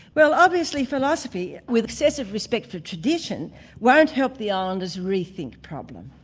well obviously philosophy with excessive respect for tradition won't help the islanders' re-think problem.